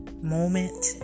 moment